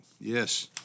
Yes